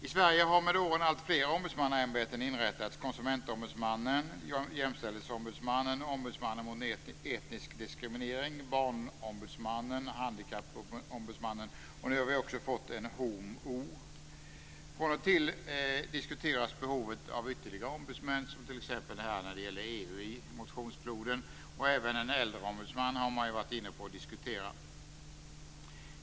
I Sverige har med åren alltfler ombudsmannaämbeten inrättats: Konsumentombudsmannen, Jämställdhetsombudsmannen, Ombudsmannen mot etnisk diskriminering, Barnombudsmannen och Handikappombudsmannen. Nu har vi också fått HomO. Från och till diskuteras behovet av ytterligare ombudsmän, t.ex. när det gäller EU; det fanns med i motionsfloden. Man har även diskuterat en äldreombudsman.